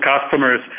customers